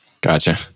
Gotcha